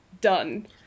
Done